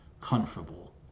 comfortable